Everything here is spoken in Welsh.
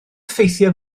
ffeithiau